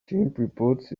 chimpreports